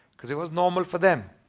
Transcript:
because it was normal for them.